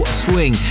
swing